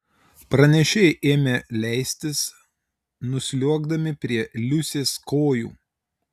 pranešėjai ėmė leistis nusliuogdami prie liusės kojų